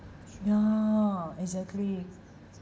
ya exactly